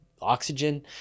oxygen